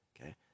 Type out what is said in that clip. okay